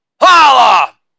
Holla